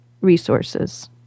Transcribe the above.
resources